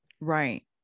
Right